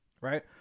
right